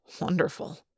Wonderful